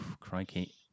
crikey